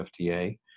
FDA